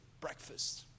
breakfast